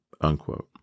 unquote